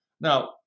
Now